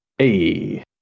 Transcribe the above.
Hey